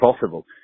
possible